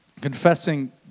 Confessing